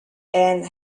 and